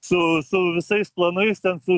su su visais planais ten su